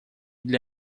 для